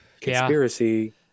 Conspiracy